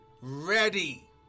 ready